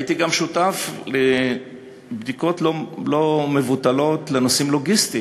הייתי גם שותף לבדיקות לא מבוטלות של נושאים לוגיסטיים,